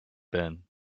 been